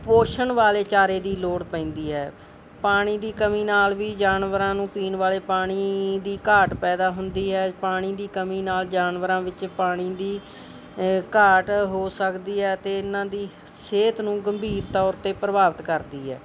ਪੋਸ਼ਣ ਵਾਲੇ ਚਾਰੇ ਦੀ ਲੋੜ ਪੈਂਦੀ ਹੈ ਪਾਣੀ ਦੀ ਕਮੀ ਨਾਲ ਵੀ ਜਾਨਵਰਾਂ ਨੂੰ ਪੀਣ ਵਾਲੇ ਪਾਣੀ ਦੀ ਘਾਟ ਪੈਦਾ ਹੁੰਦੀ ਹੈ ਪਾਣੀ ਦੀ ਕਮੀ ਨਾਲ ਜਾਨਵਰਾਂ ਵਿੱਚ ਪਾਣੀ ਦੀ ਘਾਟ ਹੋ ਸਕਦੀ ਹੈ ਅਤੇ ਇਹਨਾਂ ਦੀ ਸਿਹਤ ਨੂੰ ਗੰਭੀਰ ਤੌਰ 'ਤੇ ਪ੍ਰਭਾਵਿਤ ਕਰਦੀ ਹੈ